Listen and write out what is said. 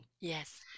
Yes